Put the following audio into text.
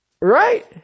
Right